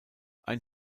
ein